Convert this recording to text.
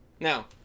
Now